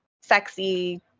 sexy